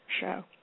show